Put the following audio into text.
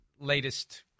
latest